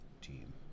team